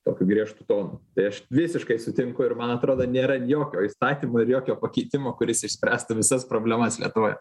tokiu griežtu tonu tai aš visiškai sutinku ir man atrodo nėra jokio įstatymo ir jokio pakeitimo kuris išspręstų visas problemas lietuvoj